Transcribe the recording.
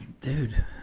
dude